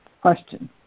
Question